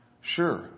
Sure